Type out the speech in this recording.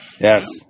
Yes